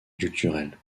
culturel